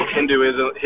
Hinduism